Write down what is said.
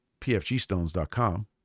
pfgstones.com